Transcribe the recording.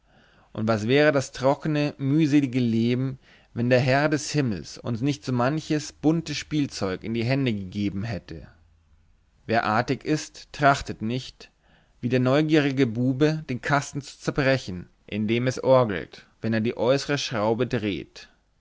und was wäre das trockne mühselige leben wenn der herr des himmels uns nicht so manches bunte spielzeug in die hände gegeben hätte wer artig ist trachtet nicht wie der neugierige bube den kasten zu zerbrechen in dem es orgelt wenn er die äußere schraube dreht